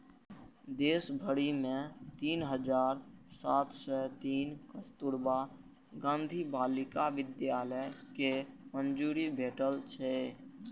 देश भरि मे तीन हजार सात सय तीन कस्तुरबा गांधी बालिका विद्यालय कें मंजूरी भेटल छै